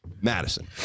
Madison